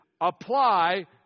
apply